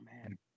man